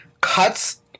cuts